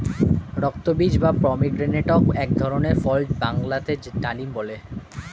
রক্তবীজ বা পমিগ্রেনেটক এক ধরনের ফল বাংলাতে ডালিম বলে